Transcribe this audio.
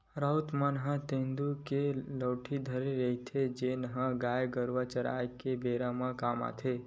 राउत मन ह तेंदू के लउठी धरे रहिथे, जेन ह गाय गरुवा चराए के बेरा काम म आथे